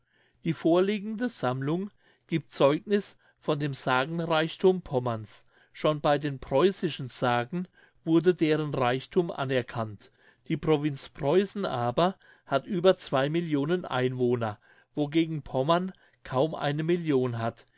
die vorliegende sammlung giebt zeugniß von dem sagenreichthum pommerns schon bei den preußischen sagen wurde deren reichthum anerkannt die provinz preußen aber hat über zwei millionen einwohner wogegen pommern kaum eine million hat